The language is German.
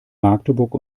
magdeburg